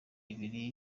ibiri